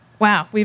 Wow